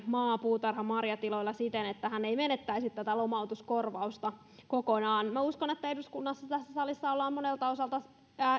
maa puutarha tai marjatiloilla siten että hän ei menettäisi tätä lomautuskorvausta kokonaan minä uskon että eduskunnassa tässä salissa ollaan monelta osalta